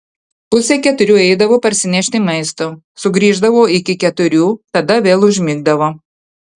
pusę keturių eidavo parsinešti maisto sugrįždavo iki keturių tada vėl užmigdavo